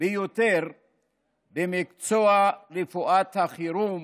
ביותר במקצוע רפואת החירום